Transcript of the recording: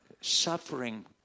suffering